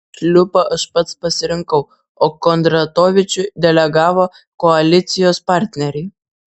šliupą aš pats pasirinkau o kondratovičių delegavo koalicijos partneriai